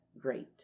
great